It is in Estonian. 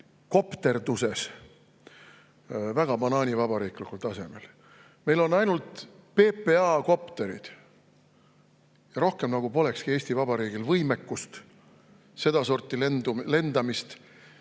kopterduses banaanivabariiklikul tasemel. Meil on ainult PPA kopterid, rohkem nagu polekski Eesti Vabariigil võimekust sedasorti lendamist